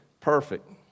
perfect